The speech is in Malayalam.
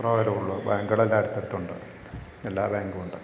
അത്രേ വരുള്ളൂ ബാങ്കുകളെല്ലാം അടുത്തടുത്തുണ്ട് എല്ലാ ബാങ്കുമുണ്ട്